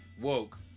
woke